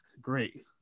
great